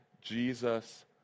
Jesus